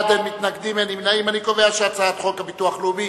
ההצעה להעביר את הצעת חוק הביטוח הלאומי